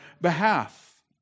behalf